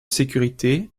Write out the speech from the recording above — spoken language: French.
sécurité